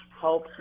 help